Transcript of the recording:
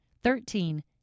thirteen